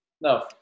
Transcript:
No